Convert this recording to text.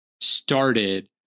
started